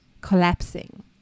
collapsing